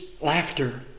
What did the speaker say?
laughter